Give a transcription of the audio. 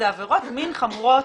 זה עבירות מין חמורות.